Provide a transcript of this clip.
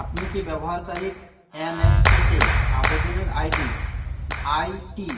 আপনি কি ব্যবহারকারীর এন এস পিতে আবেদনের আইডি আইটি